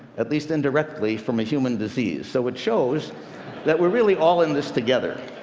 at least indirectly, from a human disease. so it shows that we're really all in this together.